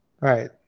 Right